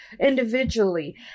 individually